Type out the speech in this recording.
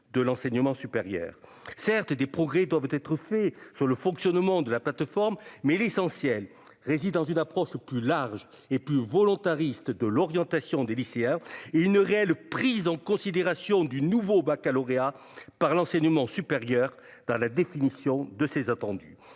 de l'enseignement supérieur, certes des progrès doivent être faits sur le fonctionnement de la plateforme, mais l'essentiel réside dans une approche plus large et plus volontariste de l'orientation des lycéens, une réelle prise en considération du nouveau Baccalauréat par l'enseignement supérieur dans la définition de ses attendus